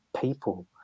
people